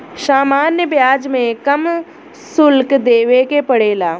सामान्य ब्याज में कम शुल्क देबे के पड़ेला